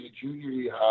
junior